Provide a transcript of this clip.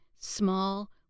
small